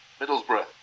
Middlesbrough